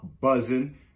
buzzing